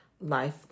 Life